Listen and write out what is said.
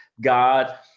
god